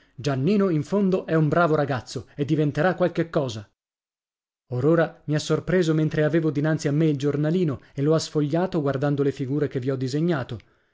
giannino in fondo è un bravo ragazzo e diventerà qualche cosa or ora mi ha sorpreso mentre avevo dinanzi a me il giornalino e lo ha sfogliato guardando le figure che vi ho disegnato